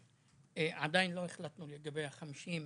עדיין לא החלטנו לגבי ה-50.